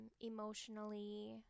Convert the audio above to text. emotionally